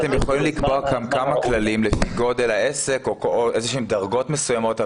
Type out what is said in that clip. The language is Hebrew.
אתם יכולים לקבוע גם כמה כללים לפי גודל העסק או איזשהן דרגות מסוימות,